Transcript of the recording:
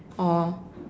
orh